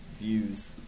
views